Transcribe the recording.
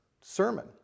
sermon